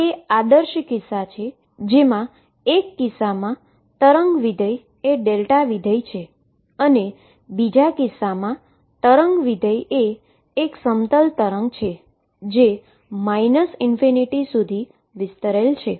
આ બે આદર્શ કિસ્સા છે જેમાએક કિસ્સામાં વેવ ફંક્શન એ δ વિધેય છે અને બીજા કિસ્સામાં વેવ ફંક્શનએ એક પ્લેન વેવ છે જે ∞ સુધી વિસ્તરેલ છે